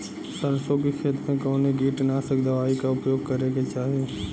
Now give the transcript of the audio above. सरसों के खेत में कवने कीटनाशक दवाई क उपयोग करे के चाही?